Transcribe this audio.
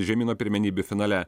žemyno pirmenybių finale